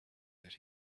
that